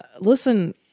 Listen